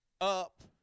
up